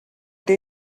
did